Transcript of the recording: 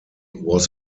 was